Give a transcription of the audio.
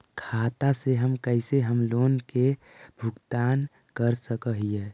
खाता से कैसे हम लोन के भुगतान कर सक हिय?